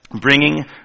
bringing